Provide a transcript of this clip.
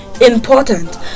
important